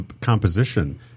composition